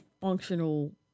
functional